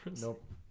Nope